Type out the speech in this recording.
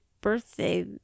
birthday